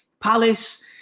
Palace